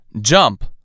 Jump